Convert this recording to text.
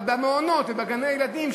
אבל במעונות ובגני-הילדים,